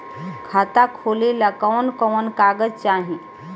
खाता खोलेला कवन कवन कागज चाहीं?